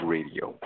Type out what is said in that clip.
Radio